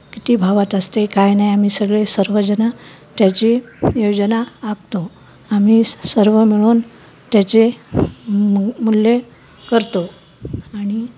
किती भावात असते काय नाही आम्ही सगळे सर्वजणं त्याची योजना आखतो आम्ही सर्व मिळून त्याचे मूल्य करतो आणि